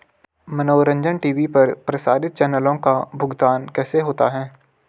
मनोरंजन टी.वी पर प्रसारित चैनलों का भुगतान कैसे होता है?